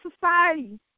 society